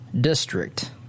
district